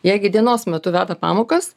jie gi dienos metu veda pamokas